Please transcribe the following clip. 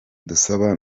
dusaba